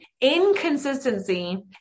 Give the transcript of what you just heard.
inconsistency